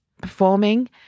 performing